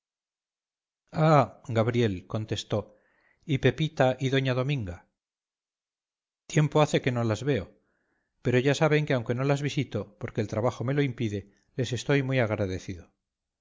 gabriel contestó y pepita y doña dominga tiempo hace que no las veo pero ya saben que aunque no las visito porque el trabajo me lo impide les estoy muy agradecido